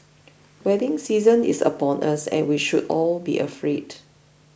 wedding season is upon us and we should all be afraid